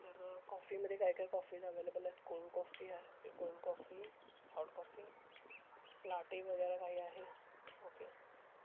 तर कॉफीमध्ये काय काय कॉफीज अवेलेबल आहेत कोल्ड कॉफी आहे okay cold coffee hot coffee latte वगैरे काही आहे ओके